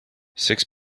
six